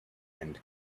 and